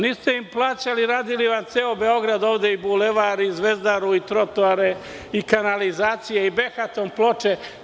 Niste im plaćali, a radili vam ceo Beograd ovde, Bulevar, Zvezdaru, trotoare, kanalizacije i behaton ploče.